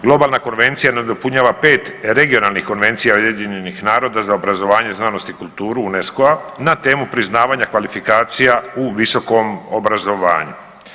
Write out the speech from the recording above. Globalna konvencija nadopunjava pet regionalnih Konvencija UN-a za obrazovanje, znanost i kulturu UNESCO-a na temu priznavanja kvalifikacija u visokom obrazovanju.